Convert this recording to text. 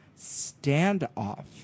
standoff